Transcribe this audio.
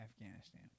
Afghanistan